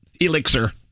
elixir